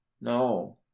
No